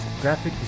Graphic